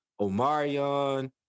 Omarion